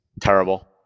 terrible